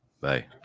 Bye